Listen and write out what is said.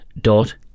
dot